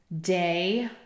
day